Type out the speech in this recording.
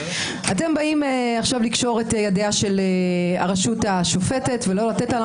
אתם באים לקשור עכשיו את ידיה של הרשות השופטת ולא לתת לה,